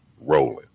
rolling